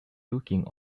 looking